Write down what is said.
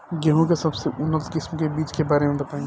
गेहूँ के सबसे उन्नत किस्म के बिज के बारे में बताई?